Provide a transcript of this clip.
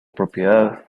propiedad